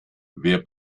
wer